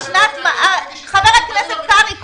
חבר הכנסת קרעי,